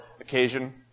occasion